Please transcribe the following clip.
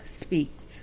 Speaks